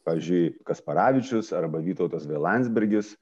pavyzdžiui kasparavičius arba vytautas vė landsbergis